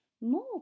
more